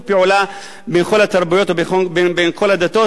פעולה בין כל התרבויות ובין כל הדתות.